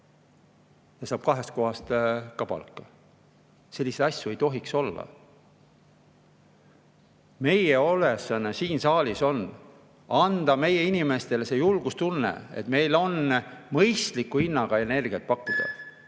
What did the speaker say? ja saab kahest kohast palka. Selliseid asju ei tohiks olla. Meie ülesanne siin saalis on anda meie inimestele julgustunne, et meil on mõistliku hinnaga energiat pakkuda.